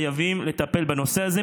חייבים לטפל בנושא הזה.